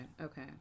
okay